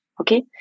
Okay